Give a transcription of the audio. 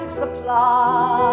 supply